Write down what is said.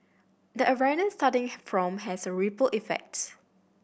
the awareness starting from has a ripple effect